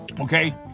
okay